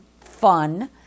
fun